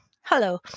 Hello